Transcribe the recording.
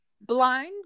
Blind